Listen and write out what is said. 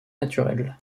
naturelle